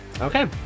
Okay